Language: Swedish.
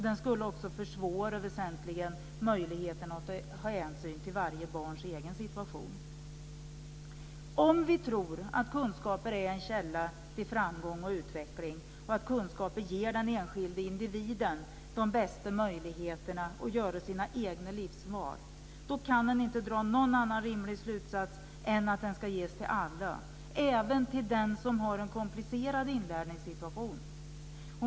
Den skulle också väsentligt försvåra möjligheten att ta hänsyn till varje barns egen situation. Om vi tror att kunskaper är en källa till framgång och utveckling och att kunskaper ger den enskilde individen de bästa möjligheterna att göra sina egna livsval kan man inte dra någon annan rimlig slutsats än att de ska ges till alla och även till den som har en komplicerad inlärningssituation.